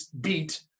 beat